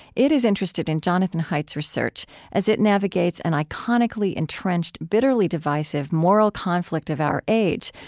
it is interested in jonathan haidt's research as it navigates an iconically entrenched, bitterly divisive moral conflict of our age,